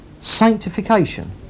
sanctification